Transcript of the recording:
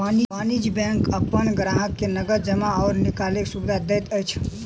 वाणिज्य बैंक अपन ग्राहक के नगद जमा आ निकालैक सुविधा दैत अछि